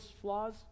flaws